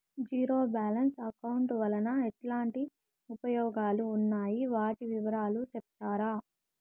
Zero balance account వలన ఎట్లాంటి ఉపయోగాలు ఉన్నాయి? వాటి వివరాలు సెప్తారా?